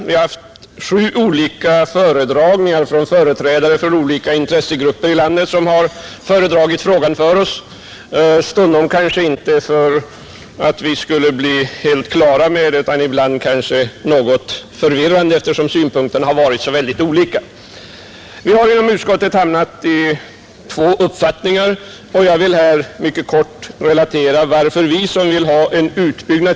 Vi ha” haft sju olika föredragningar av företrädare för skilda intressegrupper i landet, föredragningar som stundom kanske inte varit ägnade att ge oss en klar uppfattning om frågan utan i stället varit förvirrande eftersom synpunkterna har varit synnerligen olika. Vi har i utskottet hamnat i två uppfattningar, och jag vill här mycket kort relatera vilka motiv vi har som förordar en utbyggnad.